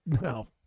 No